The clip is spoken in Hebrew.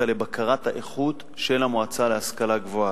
לבקרת האיכות של המועצה להשכלה גבוהה,